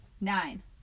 Nine